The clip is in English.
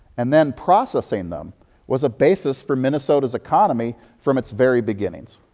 and then processing them was a basis for minnesota's economy from its very beginnings.